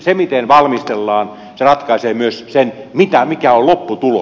se miten valmistellaan ratkaisee myös sen mikä on lopputulos